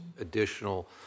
additional